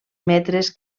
metres